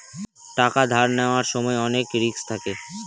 টাকা ধার নেওয়ার সময় অনেক রিস্ক থাকে